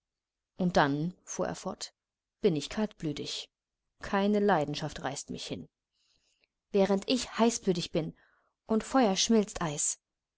und dann fuhr er fort bin ich kaltblütig keine leidenschaft reißt mich hin während ich heißblütig bin und feuer schmilzt eis